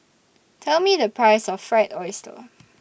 Tell Me The Price of Fried Oyster